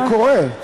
זה קורה.